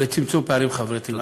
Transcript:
בצמצום פערים חברתיים.